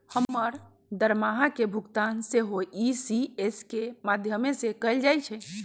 हमर दरमाहा के भुगतान सेहो इ.सी.एस के माध्यमें से कएल जाइ छइ